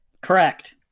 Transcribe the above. Correct